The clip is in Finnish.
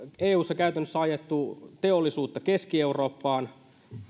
eussa käytännössä ajettu teollisuutta keski eurooppaan